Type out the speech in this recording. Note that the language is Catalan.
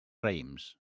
raïms